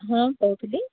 ହଁ କହୁଥିଲି